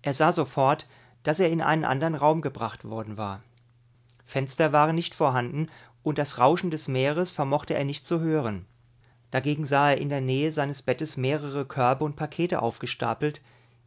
er sah sofort daß er in einen anderen raum gebracht worden war fenster waren nicht vorhanden und das rauschen des meeres vermochte er nicht zu hören dagegen sah er in der nähe seines bettes mehrere körbe und pakete aufgestapelt